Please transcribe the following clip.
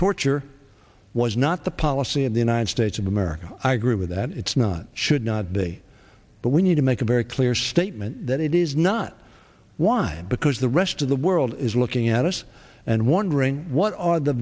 torture was not the policy of the united states of america i agree with that it's not should not be but we need to make a very clear statement that it is not wind because the rest of the world is looking at us and wondering what are the